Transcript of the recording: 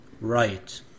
Right